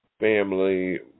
family